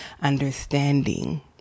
understanding